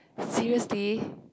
seriously